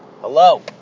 Hello